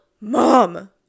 Mom